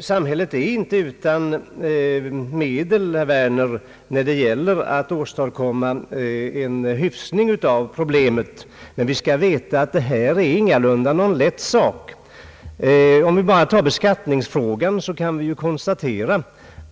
Samhället är inte utan medel, herr Werner, när det gäller att åstadkomma en hyfsning av problemet. Men vi skall veta att detta ingalunda är någon lätt sak. Om vi bara tar beskattningsfrågan så kan vi konstatera